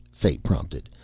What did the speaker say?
fay prompted.